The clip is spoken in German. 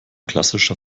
klassischer